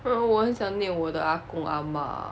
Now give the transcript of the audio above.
ugh ugh 我很想念我的 ah gong ah ma